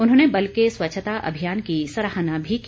उन्होंने बल के स्वच्छता अभियान की सराहना भी की